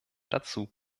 dazu